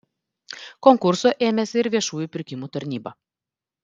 konkurso ėmėsi ir viešųjų pirkimų tarnyba